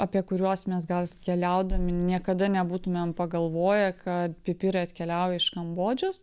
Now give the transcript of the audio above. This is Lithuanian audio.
apie kuriuos mes gal keliaudami niekada nebūtumėm pagalvoję kad pipirai atkeliauja iš kambodžos